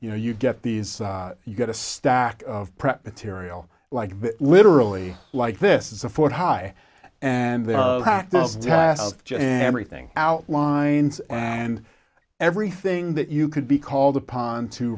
you know you get these you get a stack of prep tiriel like literally like this is a foot high and then everything outlines and everything that you could be called upon to